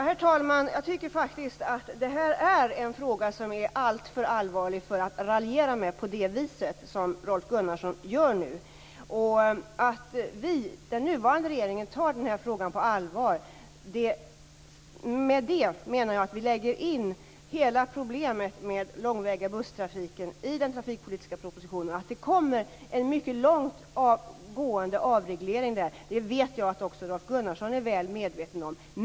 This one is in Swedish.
Herr talman! Jag tycker faktiskt att det här är en alltför allvarlig fråga för att man skall raljera med den på det vis som Rolf Gunnarsson nu gör. Den nuvarande regeringen tar den här frågan på allvar och tar upp hela problemet med den långväga busstrafiken i den trafikpolitiska propositionen. Det kommer en mycket långtgående avreglering där. Det vet jag att också Rolf Gunnarsson är väl medveten om.